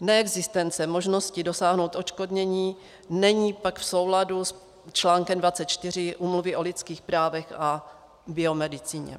Neexistence možnosti dosáhnout odškodnění není pak v souladu s článkem 24 Úmluvy o lidských právech a biomedicíně.